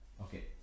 Okay